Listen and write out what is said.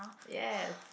yes